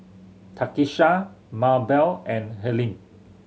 Takisha Mabelle and Helene